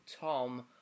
Tom